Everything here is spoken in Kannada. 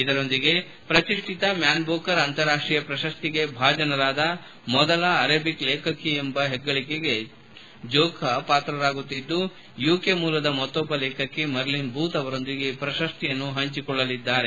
ಇದರೊಂದಿಗೆ ಪ್ರತಿಶ್ಠಿತ ಮ್ಯಾನ್ ಬೂಕರ್ ಅಂತಾರಾಷ್ಟೀಯ ಪ್ರಶಸ್ತಿಗೆ ಭಾಜನರಾದ ಮೊದಲ ಅರೇಬಿಕ್ ಲೇಖಕಿ ಎಂಬ ಹೆಗ್ಗಳಿಕೆಗೆ ಜೋಬಾ ಪಾತ್ರರಾಗುತ್ತಿದ್ದು ಯುಕೆ ಮೂಲದ ಮತ್ತೊಬ್ಬ ಲೇಖಕಿ ಮರ್ಲಿನ್ ಬೂತ್ ಅವರೊಂದಿಗೆ ಈ ಪ್ರಶಸ್ತಿಯನ್ನು ಹಂಚಿಕೊಳ್ಳಲಿದ್ದಾರೆ